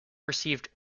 received